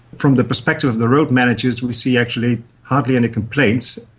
from the perspective of the road managers we see actually hardly any complaints.